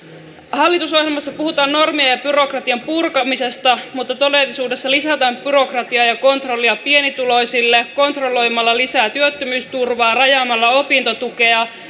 hallitusohjelmassa puhutaan normien ja byrokratian purkamisesta mutta todellisuudessa lisätään byrokratiaa ja kontrollia pienituloisille kontrolloimalla lisää työttömyysturvaa rajaamalla opintotukea